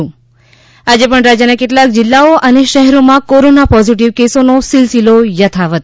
ઃ આજે પણ રાજ્યના કેટલાક જીલ્લાઓ અને શહેરોમાં કોરોના પોઝીટીવ કેસોનો સિલસિલો યથાવત